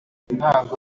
ntago